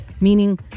Meaning